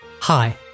Hi